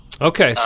Okay